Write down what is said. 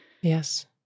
Yes